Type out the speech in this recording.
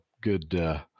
good